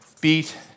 beat